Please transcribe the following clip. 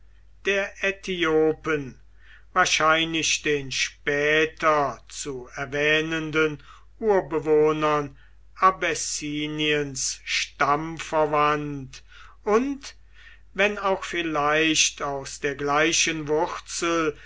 der äthiopen wahrscheinlich den später zu erwähnenden urbewohnern abessiniens stammverwandt und wenn auch vielleicht aus der gleichen wurzel